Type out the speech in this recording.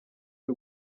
y’u